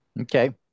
Okay